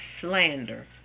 slander